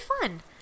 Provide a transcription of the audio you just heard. fun